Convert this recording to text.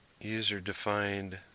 user-defined